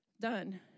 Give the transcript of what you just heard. done